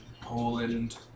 Poland